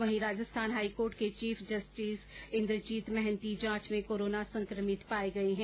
वहीं राजस्थान हाईकोर्ट के chief justice Indrajit Mahanty जांच में कोरोना संक्रमित पाए गए हैं